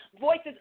voices